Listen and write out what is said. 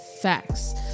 facts